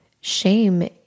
shame